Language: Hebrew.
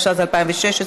התשע"ז 2016,